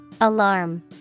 Alarm